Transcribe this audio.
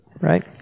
Right